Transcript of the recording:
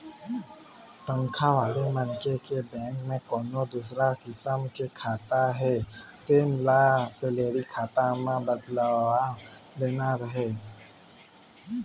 तनखा वाले मनखे के बेंक म कोनो दूसर किसम के खाता हे तेन ल सेलरी खाता म बदलवा लेना चाही